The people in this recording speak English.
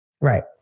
Right